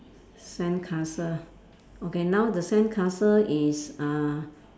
sandcastle okay now the sandcastle is uh